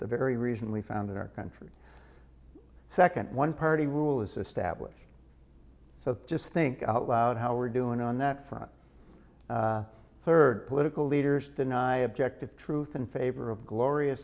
the very reason we founded our country second one party rule is established so just think out loud how we're doing on that front third political leaders deny objective truth in favor of glorious